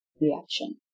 reaction